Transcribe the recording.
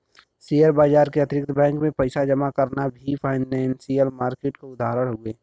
share बाजार के अतिरिक्त बैंक में पइसा जमा करना भी फाइनेंसियल मार्किट क उदाहरण हउवे